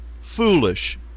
foolish